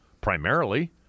primarily